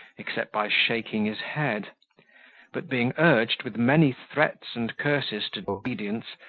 except by shaking his head but being urged with many threats and curses to obedience,